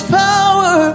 power